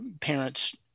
parents